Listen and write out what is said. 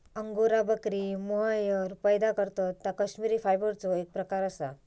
angora बकरी mohair पैदा करतत ता कश्मिरी फायबरचो एक प्रकार असा